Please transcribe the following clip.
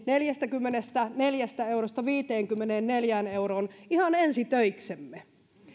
neljästäkymmenestäneljästä eurosta viiteenkymmeneenneljään euroon ihan ensi töiksemme